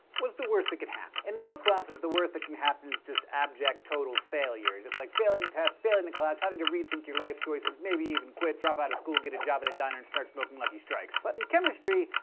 the worst that could happen? in most classes, the worst that can happen is just abject, total failure. you're just like failing the test, failing the class, having to rethink your life choices, maybe even quit, drop out of school, get a job at a and diner, and start smoking lucky strikes. but in chemistry,